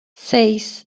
seis